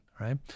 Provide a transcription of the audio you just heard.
right